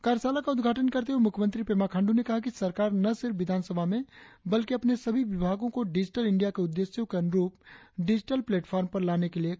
कार्यशाला का उद्घाटन करते हुए मुख्यमंत्री पेमा खाण्ड्र ने कहा कि सरकार न सिर्फ विधानसभा में बल्कि अपने सभी विभागों को डिजिटल इंडिया के उद्देश्यों के अनुरुप डिजिटल प्लेटफॉर्म पर लाने के लिए काम कर रही है